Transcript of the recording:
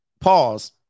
Pause